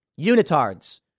unitards